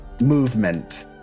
movement